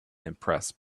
impressed